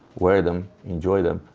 wear them. enjoy them.